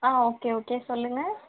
ஆ okay okay சொல்லுங்க